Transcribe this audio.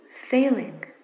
failing